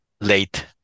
late